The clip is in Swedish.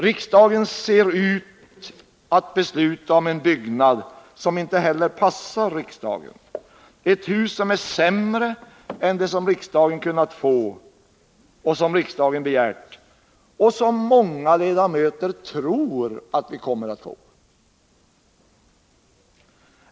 Riksdagen ser ut att besluta om en byggnad som inte heller passar riksdagen, ett hus som är sämre än det som riksdagen hade kunnat få — och som riksdagen begärt — och som många ledamöter tror att vi kommer att få.